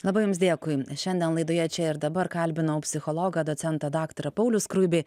labai jums dėkui šiandien laidoje čia ir dabar kalbinau psichologą docentą daktarą paulių skruibį